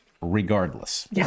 regardless